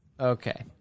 Okay